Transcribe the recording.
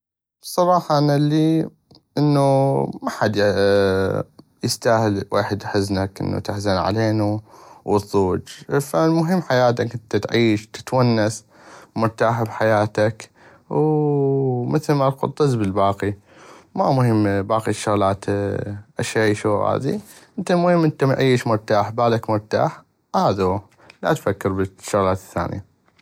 بصراحة انا الي انو محد يستاهل ويحد حزنك انو تحزن علينو وتضوج فامهم حياتك انت تعيش تتونس مرتاح بحياتك ووو مثل ما تقول طز بل الباقي ما مهمين باقي الشغلات اش اعيش وهذي فامهم عيش مرتاح بالك مرتاح هذاهو لا تفكر بل الشغلات الثانية.